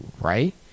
right